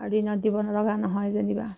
আৰু দিনত দিব লগা নহয় যেনিবা